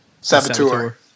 saboteur